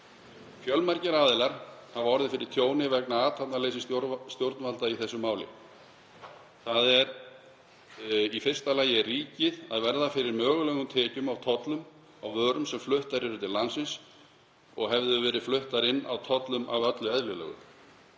Fjölmargir aðilar hafa orðið fyrir tjóni vegna athafnaleysis stjórnvalda í þessu máli. Í fyrsta lagi verður ríkið af mögulegum tekjum af tollum á vörum sem fluttar eru til landsins og hefðu verið fluttar inn á tollum að öllu eðlilegu.